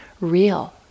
real